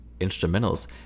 instrumentals